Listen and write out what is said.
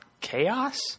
chaos